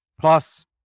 plus